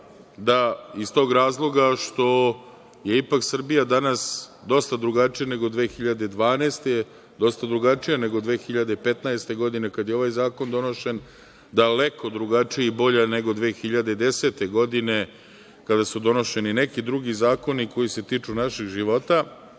da iz tog razloga što je ipak Srbija danas dosta drugačija nego 2012. godine, dosta drugačija nego 2015. godine kada je ovaj zakon donošen, daleko drugačija i bolja nego 2010. godine kada su donošeni neki drugi zakoni koji se tiču našeg života,